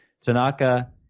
Tanaka